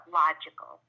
logical